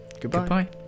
Goodbye